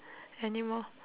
anymore